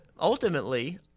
Ultimately